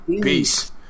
Peace